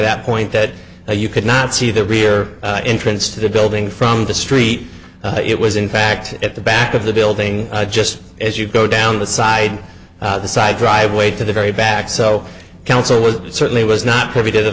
that point that you could not see the rear entrance to the building from the street it was in fact at the back of the building just as you go down the side of the side driveway to the very back so counsel was certainly was not privy to the